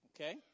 Okay